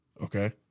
Okay